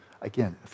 again